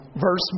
Verse